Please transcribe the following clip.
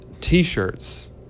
t-shirts